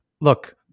look